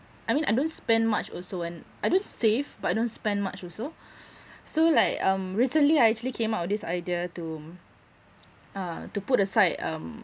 I mean I don't spend much also and I don't save but I don't spend much also so like um recently I actually came up with this idea to uh to put aside um